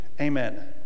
Amen